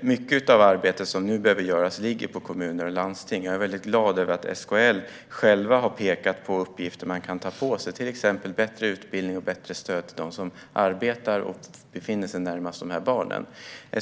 Mycket av det arbete som nu behöver göras ligger på kommuner och landsting. Jag är glad över att SKL själva har pekat på uppgifter man kan ta på sig, till exempel bättre utbildning och bättre stöd till dem som arbetar och befinner sig närmast de här barnen.